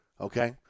Okay